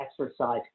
exercise